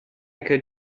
could